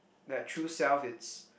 that true self it's